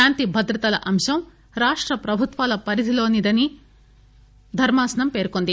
శాంతి భద్రతల అంశం రాష్ట ప్రభుత్వాల పరిధిలోనిదని ధర్మాసనం పేర్కొంది